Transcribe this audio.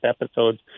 episodes